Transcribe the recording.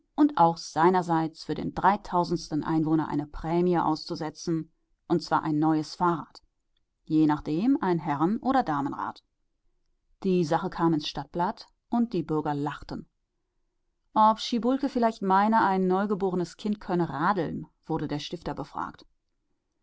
und auch seinerseits für den dreitausendsten einwohner eine prämie auszusetzen und zwar ein neues fahrrad je nachdem ein herren oder damenrad die sache kam ins stadtblatt und die bürger lachten ob schiebulke vielleicht meine ein neugeborenes kind könne radeln wurde der stifter